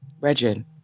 regin